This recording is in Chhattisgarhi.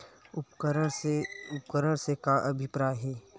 उपकरण से का अभिप्राय हे?